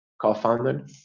co-founder